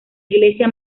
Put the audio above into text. iglesia